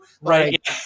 Right